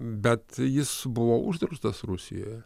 bet jis buvo uždraustas rusijoje